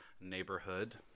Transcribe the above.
neighborhood